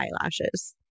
eyelashes